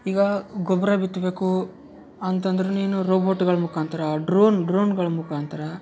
ಈಗ ಗೊಬ್ಬರ ಬಿತ್ಬೇಕು ಅಂತಂದ್ರೆ ನೀನು ರೋಬೊಟ್ಗಳು ಮುಖಾಂತರ ಡ್ರೋನ್ ಡ್ರೋನ್ಗಳ ಮುಖಾಂತರ